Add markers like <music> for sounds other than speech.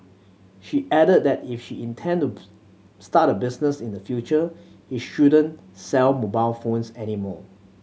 she added that if she intend to <unintelligible> start a business in the future he shouldn't sell mobile phones any more